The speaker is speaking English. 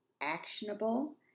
actionable